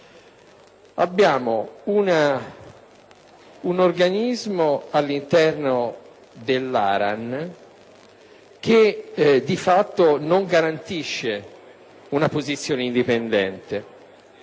si ha un organismo all'interno dell'ARAN che, di fatto, non garantisce una posizione indipendente.